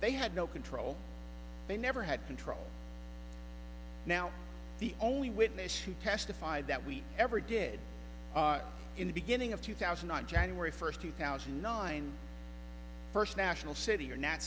they had no control they never had control now the only witness who testified that we ever did in the beginning of two thousand on january first two thousand and nine first national city or n